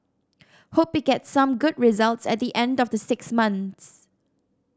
hope it gets some good results at the end of the six months